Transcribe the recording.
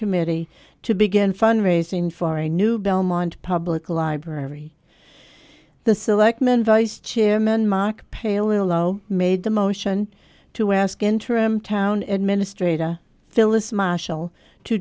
committee to begin fundraising for a new belmont public library the selectmen vice chairman mock pale willow made a motion to ask interim town administrators phyllis marshall to